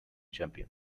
champion